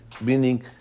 meaning